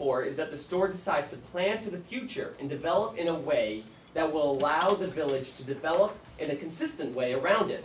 for is that the store decides the plan for the future and develop in a way that will allow the village to develop in a consistent way around it